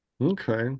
Okay